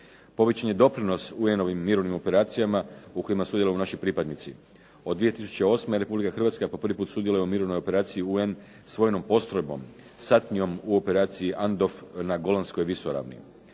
Povećan je doprinos UN-ovim mirovnim operacijama u kojima sudjeluju naši pripadnici. Od 2008. Republika Hrvatska po prvi put sudjeluje u mirovnoj operaciji UN s vojnom postrojbom, satnijom u operaciji ANDOF na Golanskoj visoravni.